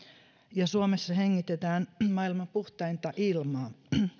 ja suomessa hengitetään maailman puhtainta ilmaa